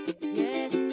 yes